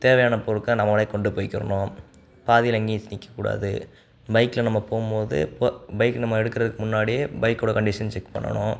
தேவையான பொருட்களை நம்மளே கொண்டு போய்க்கிணும் பாதியில் எங்கேயும் நிற்கக்கூடாது பைக்கில் நம்ம போகும்போது பைக்கை நம்ம எடுக்கிறதுக்கு முன்னாடியே பைக்கோடய கன்டிஷன் செக் பண்ணணும்